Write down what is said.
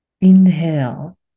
inhale